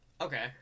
Okay